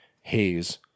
haze